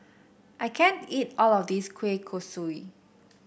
I can't eat all of this Kueh Kosui